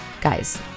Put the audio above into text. Guys